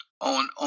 on